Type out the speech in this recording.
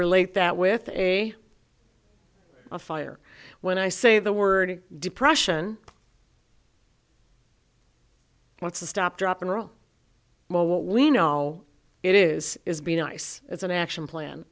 relate that with a afire when i say the word depression what's a stop drop and roll well what we know it is is be nice it's an action plan